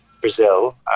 Brazil